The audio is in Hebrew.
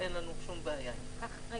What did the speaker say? אין לנו שום בעיה עם זה.